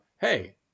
hey